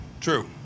true